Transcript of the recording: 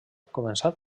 començat